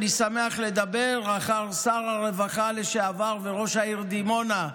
אני שמח לדבר אחר שר הרווחה לשעבר וראש העיר דימונה,